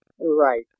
Right